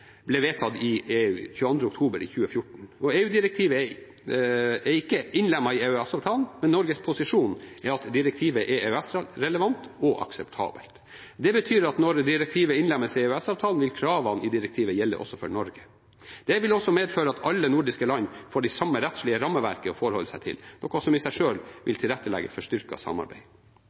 ble vedtatt i EU 22. oktober 2014. EU-direktivet er ikke innlemmet i EØS-avtalen, men Norges posisjon er at direktivet er EØS-relevant og akseptabelt. Det betyr at når direktivet innlemmes i EØS-avtalen, vil kravene i direktivet gjelde også for Norge. Det vil også medføre at alle nordiske land får det samme rettslige rammeverket å forholde seg til, noe som i seg selv vil tilrettelegge for styrket samarbeid.